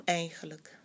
eigenlijk